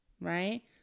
right